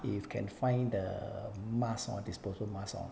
if can find the err mask hor disposal mask hor